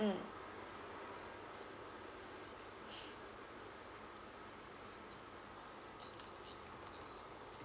mm